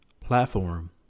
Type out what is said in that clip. platform